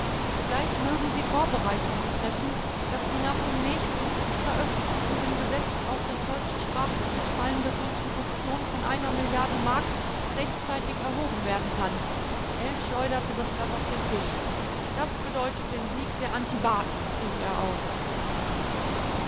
zugleich mögen sie vorbereitungen treffen daß die nach dem nächstens zu veröffentlichenden gesetz auf das deutsche sprachgebiet fallende kontribution von einer milliarde mark rechtzeitig erhoben werden kann ell schleuderte das blatt auf den tisch das bedeutet den sieg der antibaten rief er aus